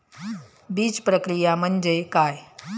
बीजप्रक्रिया म्हणजे काय?